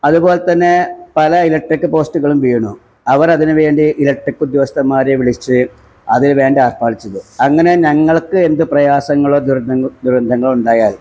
അതുപോലെതന്നെ പല ഇലക്ട്രിക്ക് പോസ്റ്റുകളും വീണു അവരതിനുവേണ്ടി ഇലക്ട്രിക് ഉദ്യോഗസ്ഥന്മാരെ വിളിച്ച് അതിനു വേണ്ട ഏർപ്പാടു ചെയ്തു അങ്ങനെ ഞങ്ങള്ക്ക് എന്തു പ്രയാസങ്ങളോ ദുർണ ദുരന്തങ്ങളോ ഉണ്ടായാല്